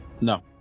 No